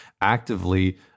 actively